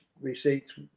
receipts